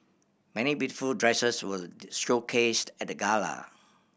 many beautiful dresses were showcased at the gala